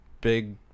big